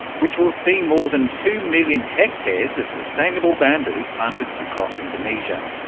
which will see more than two million hectares of sustainable bamboo planted across indonesia.